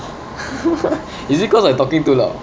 is it cause I talking too loud